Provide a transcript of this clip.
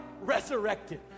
resurrected